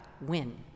win